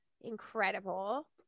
incredible